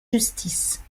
justice